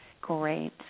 Great